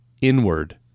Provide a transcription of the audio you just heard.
inward